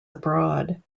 abroad